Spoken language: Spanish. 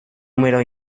número